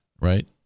right